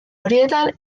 horietan